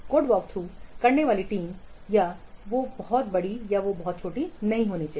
code walkthrough करने वाली team या तो बहुत बड़ी या बहुत छोटी नहीं होनी चाहिए